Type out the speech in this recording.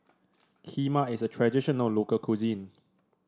kheema is a traditional local cuisine